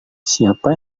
siapa